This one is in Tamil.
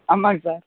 ஆமாம்ங்க சார்